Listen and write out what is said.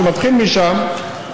שמתחיל משם,